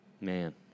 Man